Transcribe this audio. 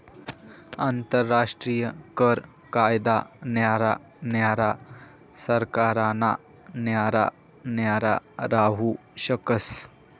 आंतरराष्ट्रीय कर कायदा न्यारा न्यारा सरकारना न्यारा न्यारा राहू शकस